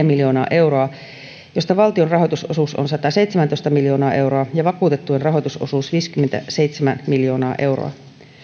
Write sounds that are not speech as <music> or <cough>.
<unintelligible> miljoonaa euroa josta valtion rahoitusosuus on sataseitsemäntoista miljoonaa euroa ja vakuutettujen rahoitusosuus viisikymmentäseitsemän miljoonaa euroa